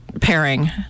pairing